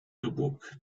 dubuque